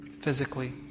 physically